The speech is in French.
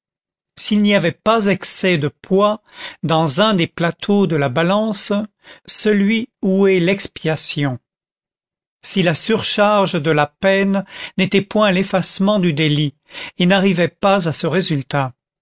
s'il n'y avait pas excès de poids dans un des plateaux de la balance celui où est l'expiation si la surcharge de la peine n'était point l'effacement du délit et n'arrivait pas à ce résultat